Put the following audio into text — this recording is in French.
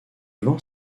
vent